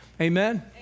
Amen